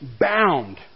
bound